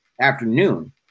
afternoon